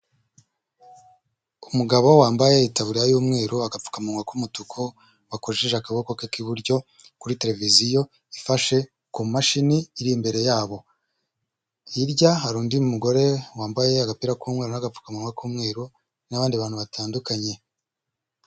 Umugabo wambaye itaburara y'umweru agapfukamunwa k'umutuku wakoreshejeje akaboko k'iburyo kuri televiziyo ifashe ku mashini iri imbere yabo, hirya hari undi mugore wambaye agapira k'umweru n'agapfukamunwa k'umweru n'abandi bantu batandukanye.